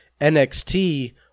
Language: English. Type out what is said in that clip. NXT